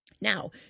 Now